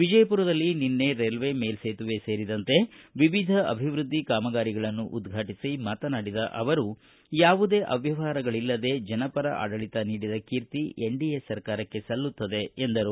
ವಿಜಯಪುರದಲ್ಲಿ ನಿನ್ನೆ ರೈಲ್ವೆ ಮೇಲ್ಲೇತುವೆ ಸೇರಿದಂತೆ ವಿವಿಧ ಅಭಿವೃದ್ದಿ ಕಾಮಗಾರಿಗಳನ್ನು ಉದ್ಘಾಟಿಸಿ ಮಾತನಾಡಿದ ಅವರು ಯಾವುದೇ ಅವ್ವವಹಾರಗಳಲ್ಲದೆ ಜನಪರ ಆಡಳಿತ ನೀಡಿದ ಕೀರ್ತಿ ಎನ್ಡಿಎ ಸರ್ಕಾರಕ್ಕೆ ಸಲ್ಲುತ್ತದೆ ಎಂದರು